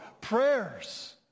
prayers